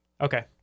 Okay